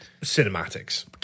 cinematics